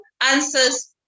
answers